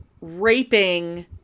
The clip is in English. raping